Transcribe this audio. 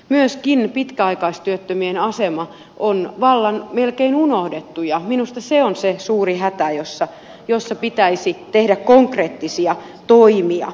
myöskin pitkäaikaistyöttömien asema on melkein vallan unohdettu ja minusta se on se suuri hätä jossa pitäisi tehdä konkreettisia toimia